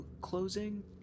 closing